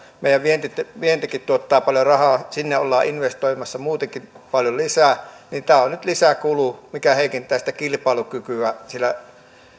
meidän vientimmekin vientimmekin tuottaa paljon rahaa sinne ollaan investoimassa muutenkin paljon lisää tämä on nyt lisäkulu mikä heikentää sitä kilpailukykyä